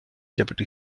deputy